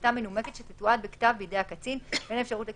באמצעות מכשיר טכנולוגי המאפשר העברת תמונה וקול בזמן אמת,